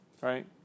right